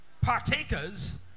Partakers